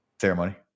Ceremony